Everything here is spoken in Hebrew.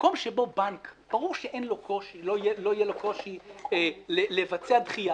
המקום שבו ברור שלבנק אין קושי לבצע דחייה,